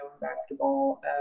basketball